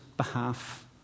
behalf